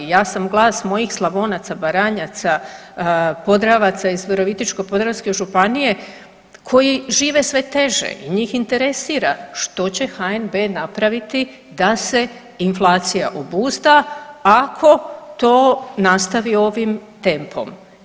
Ja sam glas mojih Slavonaca, Baranjaca, Podravaca iz Virovitičko-podravske županije koji žive sve teže i njih interesira što će HNB napraviti da se inflacija obuzda ako to nastavi ovim tempom.